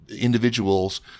individuals